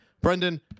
Brendan